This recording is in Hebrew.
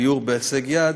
דיור בהישג יד),